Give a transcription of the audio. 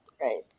right